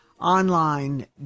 Online